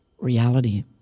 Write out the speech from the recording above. reality